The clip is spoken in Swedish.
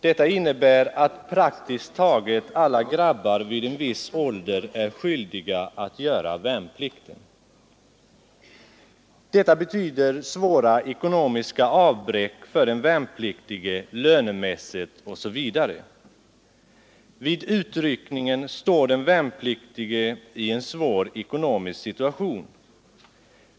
Det innebär att praktiskt taget alla grabbar vid en viss ålder är skyldiga att göra värnplikt. Detta betyder ett ekonomiskt avbräck för den värnpliktige lönemässigt osv. Vid utryckningen står den värnpliktige i en svår ekonomisk situation.